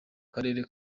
karere